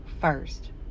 first